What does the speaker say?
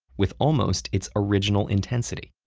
with almost its original intensity.